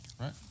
Right